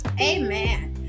Amen